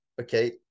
okay